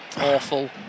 awful